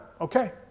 Okay